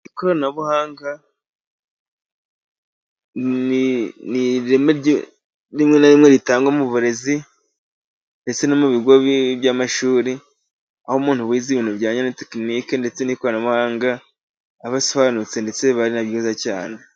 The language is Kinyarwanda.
Ikoranabuhanga ni ireme rimwe na rimwe ritangwa mu burezi ndetse no mu bigo by'amashuri, aho umuntu wize ibintu bijyanye na tekiniki ndetse n'ikoranabuhanga, aba asobanutse ndetse biba ari na byiza cyane.